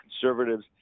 conservatives